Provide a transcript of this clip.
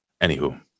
Anywho